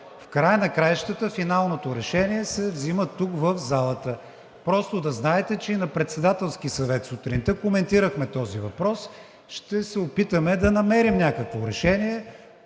В края на краищата финалното решение се взима тук в залата. Просто да знаете, че и на Председателски съвет сутринта коментирахме този въпрос. Ще се опитаме да намерим някакво решение,